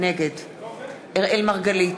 נגד אראל מרגלית,